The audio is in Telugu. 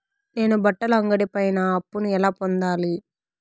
నేను బట్టల అంగడి పైన అప్పును ఎలా పొందాలి?